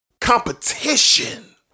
competition